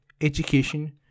education